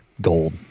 gold